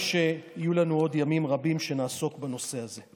ואני מקווה שיהיו לנו עוד ימים רבים שבהם נעסוק בנושא הזה.